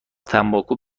تنباکو